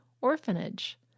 orphanage